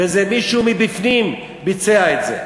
וזה מישהו מבפנים ביצע את זה.